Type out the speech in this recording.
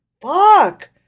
Fuck